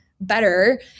better